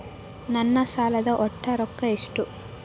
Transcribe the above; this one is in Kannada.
ನನ್ನ ಸಾಲದ ಒಟ್ಟ ರೊಕ್ಕ ಎಷ್ಟು?